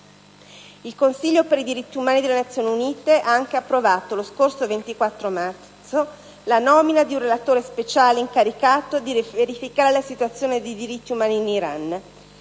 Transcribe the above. Il Consiglio per i diritti umani delle Nazioni Unite ha anche approvato, lo scorso 24 marzo, la nomina di un relatore speciale incaricato di verificare la situazione dei diritti umani in Iran.